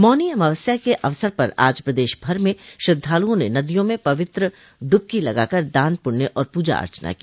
मौनी अमावस्या के अवसर पर आज प्रदेश भर में श्रद्वाल्ओं ने नदियों में पवित्र डुबकी लगाकर दान पुण्य और पूजा अर्चना की